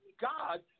God